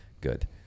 good